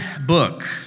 book